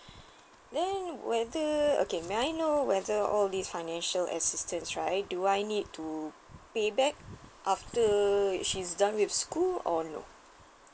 then whether okay may I know whether all these financial assistance right do I need to pay back after she's done with school or no